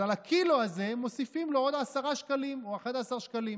אז על הקילו הזה מוסיפים לו עוד 10 שקלים או 11 שקלים,